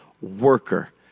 worker